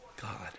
God